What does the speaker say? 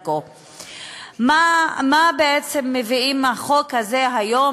למה בעצם מביאים החוק הזה היום?